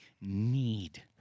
need